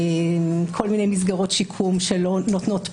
כל מיני מסגרות שיקום שלא נותנות פתח,